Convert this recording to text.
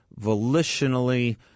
volitionally